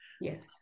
Yes